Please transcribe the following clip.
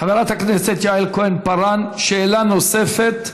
חברת הכנסת יעל כהן-פארן, שאלה נוספת,